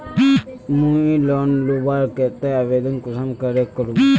मुई लोन लुबार केते आवेदन कुंसम करे करूम?